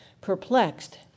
perplexed